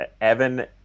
Evan